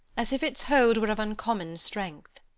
as if its hold were of uncommon strength.